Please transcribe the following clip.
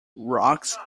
rocks